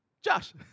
Josh